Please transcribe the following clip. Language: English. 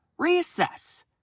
reassess